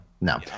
no